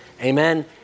Amen